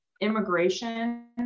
immigration